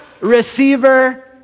receiver